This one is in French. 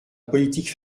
politique